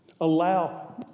Allow